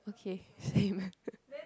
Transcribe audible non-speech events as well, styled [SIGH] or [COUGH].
okay same [NOISE]